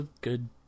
good